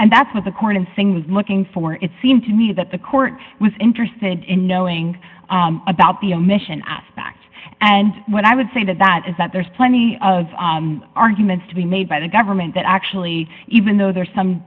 and that's what the court in singh was looking for it seemed to me that the court was interested in knowing about the omission of facts and when i would say that that is that there's plenty of arguments to be made by the government that actually even though there's some